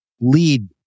lead